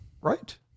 Right